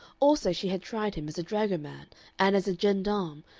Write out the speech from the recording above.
also she had tried him as a dragoman and as a gendarme,